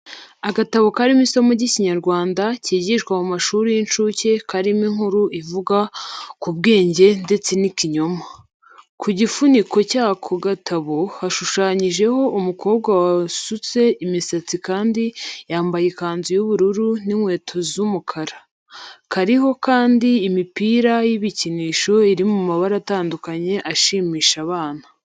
Agatabo karimo isomo ry'Ikinyarwanda cyigishwa mu mashuri y'incuke karimo inkuru ivuga k'ubwenge ndetse n'ikinyoma. Ku gifuniko cy'ako gatabo, hashushanyijeho umukobwa wasutse imisatsi kandi yambaye ikanzu y'ubururu n'inkweto z'umukara. Kariho kandi imipira y'ibikinisho iri mu mabara atandukanye ashimisha abana.